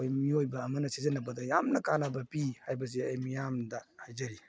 ꯑꯩꯈꯣꯏ ꯃꯤꯑꯣꯏꯕ ꯑꯃꯅ ꯁꯤꯖꯤꯟꯅꯕꯗ ꯌꯥꯝꯅ ꯀꯥꯟꯅꯕ ꯄꯤ ꯍꯥꯏꯕꯁꯦ ꯑꯩ ꯃꯤꯌꯥꯝꯗ ꯍꯥꯏꯖꯔꯤ